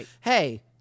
hey